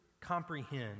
comprehend